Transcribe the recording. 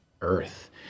earth